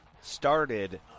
started